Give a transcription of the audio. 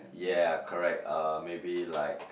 ya correct uh maybe like